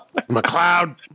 McLeod